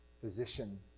physician